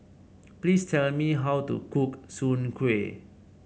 please tell me how to cook Soon Kway